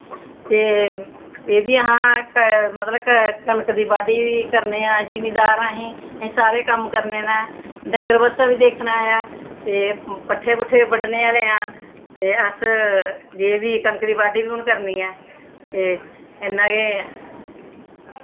ते एह् बी असें मतलब कनक दी बाह्ड्डी करने आं अस बी जिमींदार आं असी अस सारे कम्म करने न डंगर बच्छा बी दिक्खना ऐं ते पट्ठे पुट्ठे बी ब'ड्डने आह्ले आं ते अस एह् बी कनक दा बाह्ड्डी बी हुन करनी ऐं ते इन्ना गै